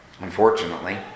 Unfortunately